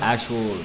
Actual